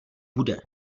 bude